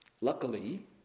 Luckily